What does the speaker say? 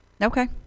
Okay